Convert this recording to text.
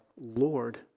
Lord